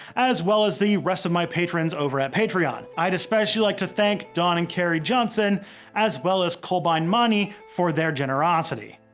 as well as the rest of my patrons over at patreon. i'd especially like to thank don and kerry johnson as well as kolbeinn mani for their generosity.